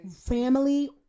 Family